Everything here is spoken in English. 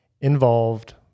involved